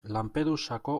lampedusako